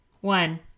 one